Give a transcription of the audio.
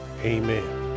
Amen